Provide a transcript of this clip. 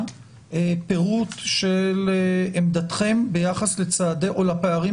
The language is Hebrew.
פירוט של עמדתכם ביחס לצעדים או לפערים